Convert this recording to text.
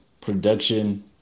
production